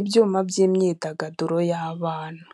Ibyuma by'imyidagaduro y'abana,